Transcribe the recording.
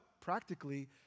Practically